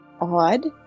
odd